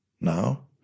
now